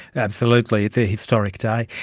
absolutely, it's a historic day.